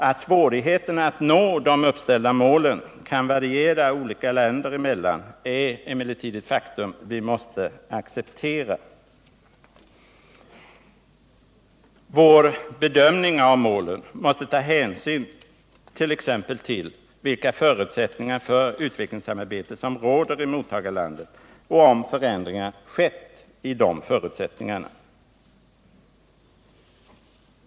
Att svårigheterna att nå de uppställda målen kan variera olika länder emellan är ett faktum som vi måste acceptera. Vår bedömning av målen måste ta hänsyn till t.ex. vilka förutsättningar för utvecklingsarbetet som råder i mottagarlandet och om förändringar skett i dessa förutsättningar.